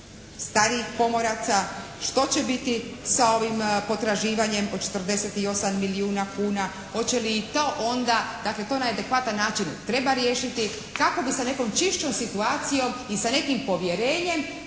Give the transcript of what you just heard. starijih pomoraca. Što će biti sa ovim potraživanjem od 48 milijuna kuna? Hoće li i to onda, dakle to na adekvatan način treba riješiti kako bi se nekom čišćom situacijom i sa nekim povjerenjem